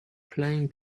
playing